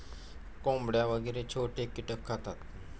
कोंबड्या वगैरे छोटे कीटक खातात